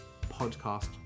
podcast